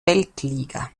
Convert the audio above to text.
weltliga